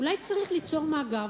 אולי צריך ליצור מאגר.